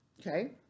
Okay